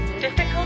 Difficult